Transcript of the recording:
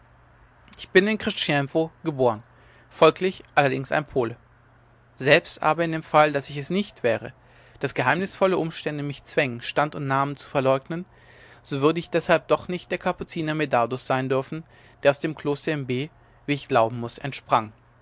ich bin in krcziniewo geboren folglich allerdings ein pole selbst aber in dem fall daß ich es nicht wäre daß geheimnisvolle umstände mich zwängen stand und namen zu verleugnen so würde ich deshalb doch nicht der kapuziner medardus sein dürfen der aus dem kloster in b wie ich glauben muß entsprang